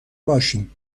باشیم